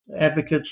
advocates